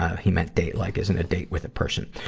he meant date like as in a date with a person.